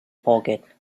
pocket